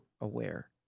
aware